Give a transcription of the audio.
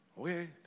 okay